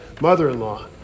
mother-in-law